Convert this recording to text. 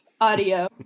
audio